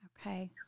Okay